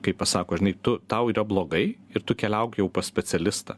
kai pasako žinai tu tau blogai ir tu keliauk jau pas specialistą